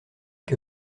que